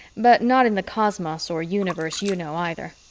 but not in the cosmos or universe you know either.